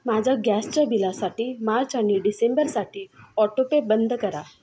माझ्या गॅसच्या बिलासाठी मार्च आणि डिसेंबरसाठी ऑटोपे बंद करा